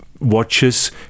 watches